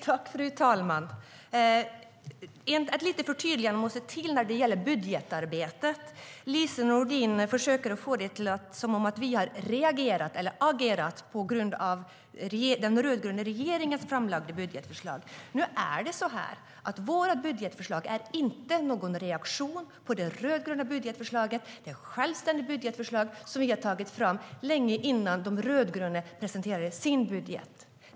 STYLEREF Kantrubrik \* MERGEFORMAT EnergiVårt budgetförslag är inte en reaktion på det rödgröna budgetförslaget. Det är ett självständigt budgetförslag som vi tog fram långt innan de rödgröna presenterade sin budget.